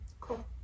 Cool